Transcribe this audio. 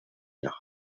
nach